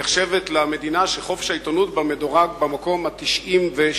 ישראל נחשבת למדינה שחופש העיתונות בה מדורג במקום ה-97.